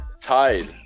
Tide